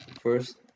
first